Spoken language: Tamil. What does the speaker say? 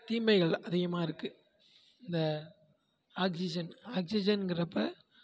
தீமைகள் அதிகமாக இருக்கு இந்த ஆக்சிஜன் ஆக்சிஜன்ங்கிறப்ப